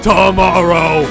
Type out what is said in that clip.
Tomorrow